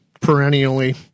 perennially